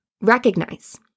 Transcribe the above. recognize